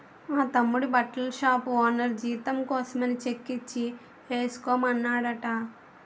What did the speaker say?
మా తమ్ముడి బట్టల షాపు ఓనరు జీతం కోసమని చెక్కిచ్చి ఏసుకోమన్నాడట